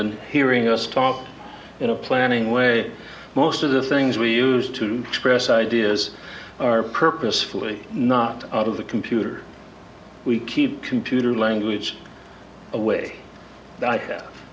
and hearing us talk in a planning way most of the things we used to express ideas are purposefully not out of the computer we keep computer language a way